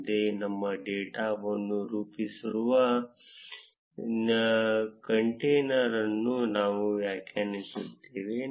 ಮುಂದೆ ನಮ್ಮ ಡೇಟಾವನ್ನು ನಿರೂಪಿಸುವ ಕಂಟೇನರ್ ಅನ್ನು ನಾವು ವ್ಯಾಖ್ಯಾನಿಸುತ್ತೇವೆ